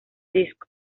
disco